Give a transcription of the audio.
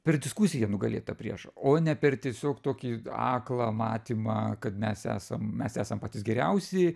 per diskusiją nugalėt tą priešą o ne per tiesiog tokį aklą matymą kad mes esam mes esam patys geriausi